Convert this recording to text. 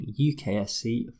UKSC